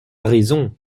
raison